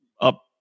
up